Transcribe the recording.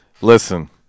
Listen